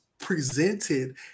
presented